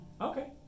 Okay